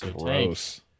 Gross